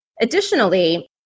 Additionally